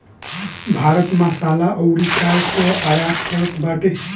भारत मसाला अउरी चाय कअ आयत करत बाटे